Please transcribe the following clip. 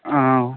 ஆ